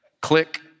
Click